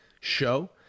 show